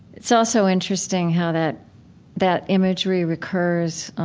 it's also interesting how that that imagery recurs.